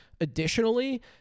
Additionally